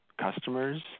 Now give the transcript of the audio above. customers